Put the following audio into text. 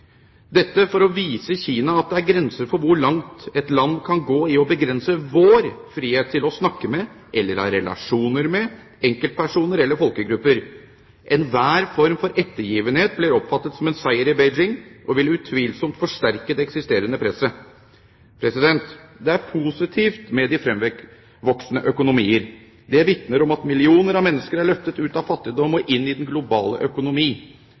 dette for å vise Kina at det er grenser for hvor langt et land kan gå i å begrense vår frihet til å snakke med, eller ha relasjoner med, enkeltpersoner eller folkegrupper. Enhver form for ettergivenhet blir oppfattet som en seier i Beijing, og vil utvilsomt forsterke det eksisterende presset. Det er positivt med de fremvoksende økonomier. Det vitner om at millioner av mennesker er løftet ut av fattigdom og inn i den globale økonomi.